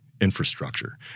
infrastructure